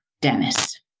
Dennis